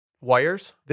wires